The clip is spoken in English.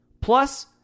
plus